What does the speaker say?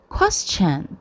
Question